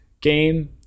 game